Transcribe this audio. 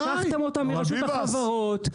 לקחתם אותה מרשות החברות -- אבל ביבס,